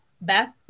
Beth